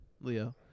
Leo